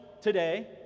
today